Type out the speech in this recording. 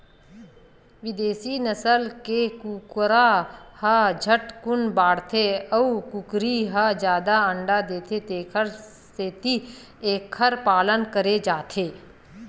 बिदेसी नसल के कुकरा ह झटकुन बाड़थे अउ कुकरी ह जादा अंडा देथे तेखर सेती एखर पालन करे जाथे